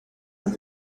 and